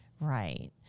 Right